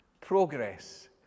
Progress